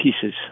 pieces